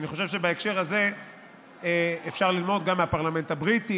ואני חושב שבהקשר הזה אפשר ללמוד גם מהפרלמנט הבריטי,